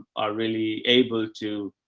are really able to,